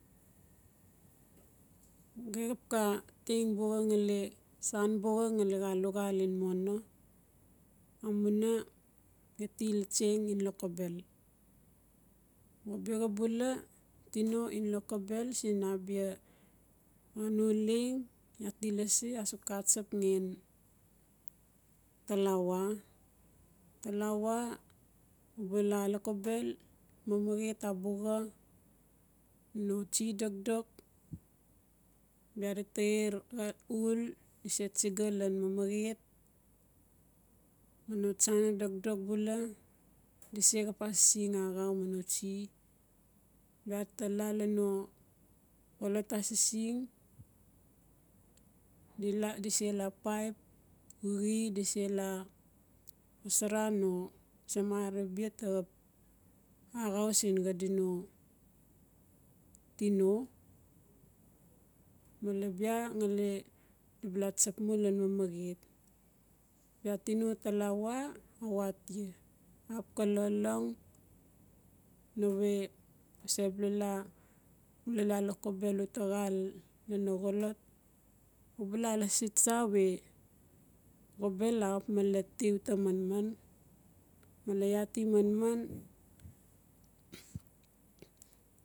Gexap ka teng buxa ngali san buxa ngali xal luxal in mono amuina di til in lokobel. O biaxa bula tino in lokobel siin abia no leng iaa ti lasi axuk xatsap ngen talawa. Talawa uba laa lokobel mamaxet abuxa no tsie dokdok bia dita er uul, dise tsiga lan mamaxet ma no tsana dokdok bula dise xap asising axau mano tsie. Watala sino xolot asising dila disela paip xuxi disela xosara no samara bia taxap axau siin xadino tino male bia ngali dibala tsap u lan mamaxet. Bia tino talawa awatia axap ka lolong nawe u sabla mula lo lokbel uta xaal laan no xolot uba la lasi tsa we xobel axa male ti uta manman amle iaa ti manman